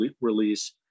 release